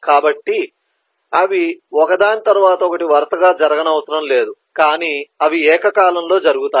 కాబట్టి అవి ఒకదాని తరువాత ఒకటి వరుసగా జరగనవసరం లేదు కాని అవి ఏకకాలంలో జరుగుతాయి